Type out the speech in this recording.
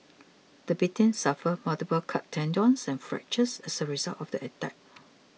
the victim suffered multiple cut tendons and fractures as a result of the attack